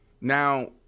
Now